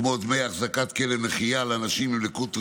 כמו דמי אחזקת כלב נחייה לאנשים עם לקות ראייה,